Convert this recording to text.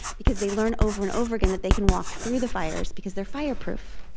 because they learn over and over again that they can walk through the fires, because they're fireproof.